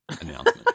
announcement